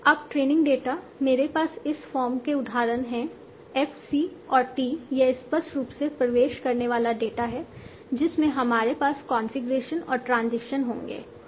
अब training data मेरे पास इस फॉर्म के उदाहरण हैं f c और t यह स्पष्ट रूप से प्रवेश करने वाला डेटा है जिसमें हमारे पास कॉन्फ़िगरेशन और ट्रांजिशन होंगे हाँ